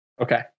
Okay